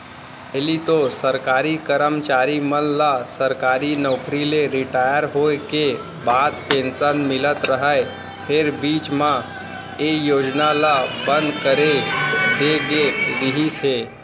पहिली तो सरकारी करमचारी मन ल सरकारी नउकरी ले रिटायर होय के बाद पेंसन मिलत रहय फेर बीच म ए योजना ल बंद करे दे गे रिहिस हे